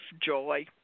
joy